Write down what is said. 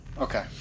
Okay